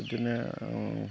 बिदिनो